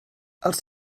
els